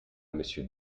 monsieur